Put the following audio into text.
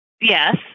Yes